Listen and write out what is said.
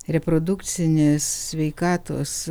reprodukcinės sveikatos